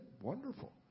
Wonderful